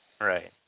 right